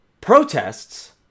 protests